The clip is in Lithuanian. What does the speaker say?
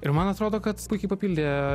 ir man atrodo kad puikiai papildė